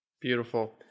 Beautiful